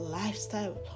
lifestyle